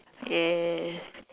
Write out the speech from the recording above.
yes